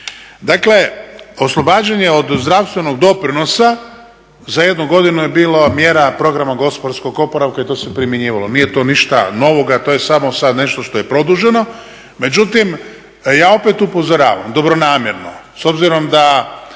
Dakle, oslobađanje od zdravstvenog doprinosa za jednu godinu je bilo mjera programa gospodarskog oporavka i to se primjenjivalo. Nije to ništa novoga. To je samo sad nešto što je produženo. Međutim, ja opet upozoravam dobronamjerno s obzirom da